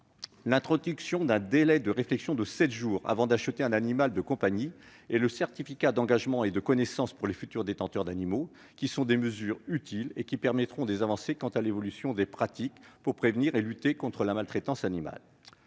L'introduction d'un délai de réflexion de sept jours avant l'achat d'un animal de compagnie et le certificat d'engagement et de connaissance pour les futurs détenteurs d'animaux sont des mesures utiles, qui permettront une évolution bienvenue des pratiques pour prévenir la maltraitance animale.